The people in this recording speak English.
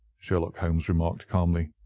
sherlock holmes remarked calmly.